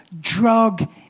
drug